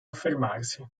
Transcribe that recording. affermarsi